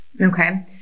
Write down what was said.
Okay